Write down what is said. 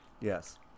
Yes